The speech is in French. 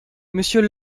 monsieur